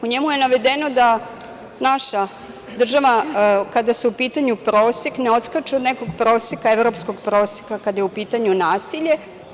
U njemu je navedeno da naša država, kada je u pitanju prosek, ne odskače od nekog evropskog proseka kada je u pitanju nasilje.